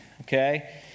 okay